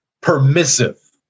permissive